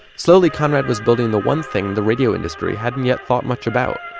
slowly conrad was building the one thing the radio industry hadn't yet thought much about,